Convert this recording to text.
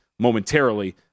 momentarily